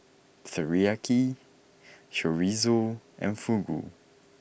Teriyaki Chorizo and Fugu